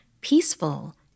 Peaceful